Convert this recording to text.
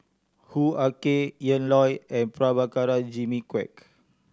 Hoo Ah Kay Ian Loy and Prabhakara Jimmy Quek